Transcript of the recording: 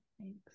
thanks